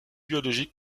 biologiques